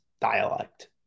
dialect